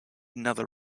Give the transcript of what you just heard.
another